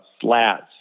slats